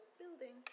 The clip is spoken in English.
building